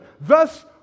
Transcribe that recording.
Thus